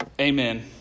Amen